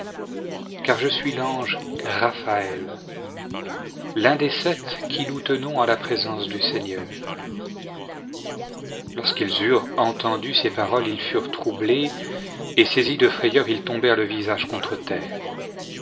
car je suis l'ange raphaël l'un des sept qui nous tenons en la présence du seigneur lorsqu'ils eurent entendu ces paroles ils furent troublés et saisis de frayeur ils tombèrent le visage contre terre